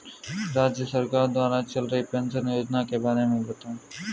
राज्य सरकार द्वारा चल रही पेंशन योजना के बारे में बताएँ?